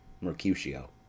Mercutio